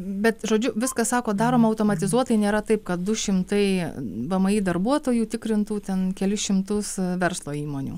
bet žodžiu viskas sakot daroma automatizuotai nėra taip kad du šimtai vmi darbuotojų tikrintų ten kelis šimtus verslo įmonių